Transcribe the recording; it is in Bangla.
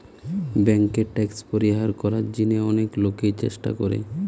বেঙ্কে ট্যাক্স পরিহার করার জিনে অনেক লোকই চেষ্টা করে